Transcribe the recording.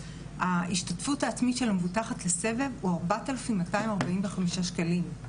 ההשתתפות העצמית של המבוטחת בסבב הוא 4,245 שקלים.